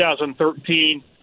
2013